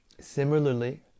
Similarly